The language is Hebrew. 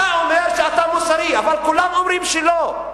אתה אומר שאתה מוסרי, אבל כולם אומרים שלא,